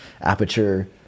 aperture